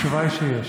התשובה היא שיש.